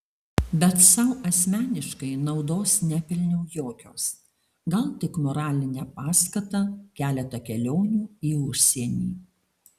bet sau asmeniškai naudos nepelniau jokios gal tik moralinę paskatą keletą kelionių į užsienį